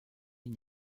une